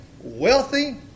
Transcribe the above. wealthy